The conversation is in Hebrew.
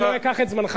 אני לא אקח את זמנך,